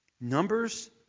Numbers